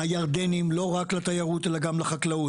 הירדנים לא רק לתיירות אלא גם לחקלאות.